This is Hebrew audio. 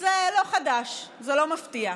זה לא חדש, זה לא מפתיע.